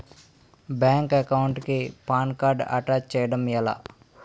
Bank account కి PAN card attach చేయడం ఎలా?